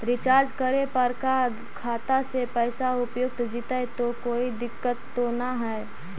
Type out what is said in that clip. Recharge करे पर का खाता से पैसा उपयुक्त जितै तो कोई दिक्कत तो ना है?